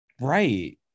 Right